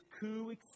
coup